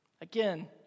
Again